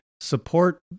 support